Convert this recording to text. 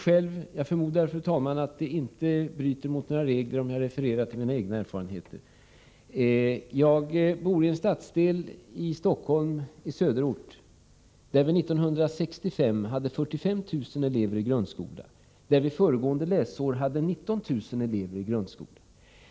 Jag förmodar, fru talman, att det inte bryter mot några regler om jag refererar till mina egna erfarenheter. Jag bor i en stadsdel i söderort i Stockholm, där vi 1965 hade 45 000 elever i grundskolan. Under läsåret 1983/84 hade vi 19 000 elever i grundskolan.